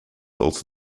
also